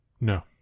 No